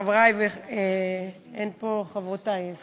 חברי, אין פה חברותי,